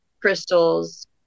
crystals